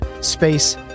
Space